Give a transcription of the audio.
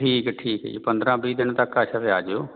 ਠੀਕ ਠੀਕ ਜੀ ਪੰਦਰ੍ਹਾਂ ਵੀਹ ਦਿਨ ਤੱਕ ਅੱਛਾ ਆ ਜਿਓ